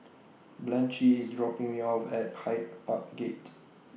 Blanchie IS dropping Me off At Hyde Park Gate